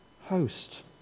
host